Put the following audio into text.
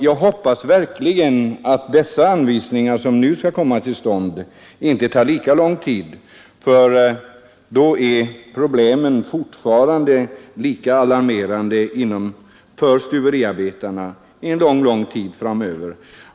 Jag hoppas verkligen att dessa anvisningar, som nu skall komma till stånd, inte tar lika lång tid — då är problemen fortfarande lika alarmerande för stuveriarbetarna under lång tid framöver.